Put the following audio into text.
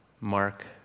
Mark